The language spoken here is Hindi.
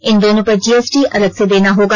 इन दोनों पर जीएसटी अलग से देना होगा